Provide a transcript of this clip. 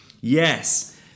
Yes